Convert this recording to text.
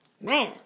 man